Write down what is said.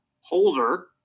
holder